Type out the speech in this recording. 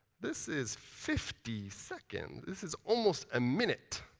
this is fifty seconds. this is almost a minute.